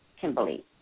Kimberly